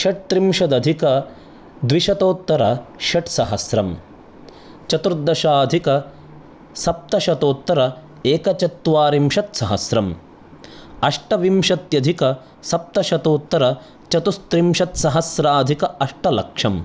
षट्त्रिंशदधिकद्विशतोत्तरषट्सहस्रं चतुर्दशाधिकसप्तशतोत्तर एकचत्वारिंशत्सहस्रं अष्टविंशत्त्यधिकसप्तशतोत्तर चतुष्त्रिंशत्सहस्राधिक अष्टलक्षं